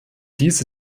diese